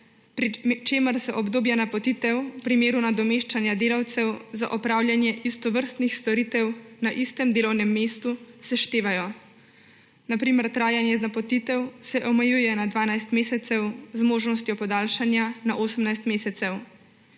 pri čemer se obdobja napotitev v primeru nadomeščanja delavcev za opravljanje istovrstnih storitev na istem delovnem mestu seštevajo. Na primer trajanje z napotitvijo se omejuje na 12 mesecev z možnostjo podaljšanja na 18 mesecev.